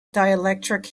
dielectric